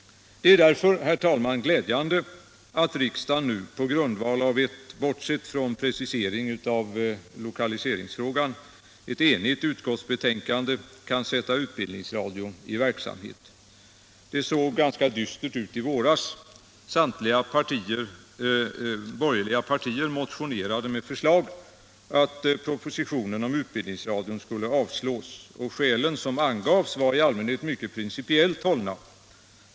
Det är därför, herr talman, glädjande att riksdagen nu på grundval av ett, bortsett från en precisering av lokaliseringsfrågan, enhälligt utskottsbetänkande kan sätta Utbildningsradion i verksamhet. Det såg ganska dystert ut i våras. Samtliga borgerliga partier motionerade med förslag att propositionen om Utbildningsradion skulle avslås. Skälen som angavs var i allmänhet mycket principiellt hållna.